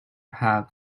have